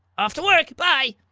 off to work! bye.